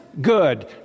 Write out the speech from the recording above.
good